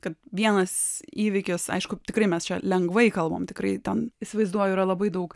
kad vienas įvykis aišku tikrai mes čia lengvai kalbam tikrai ten įsivaizduoju yra labai daug